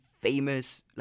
famous